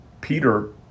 Peter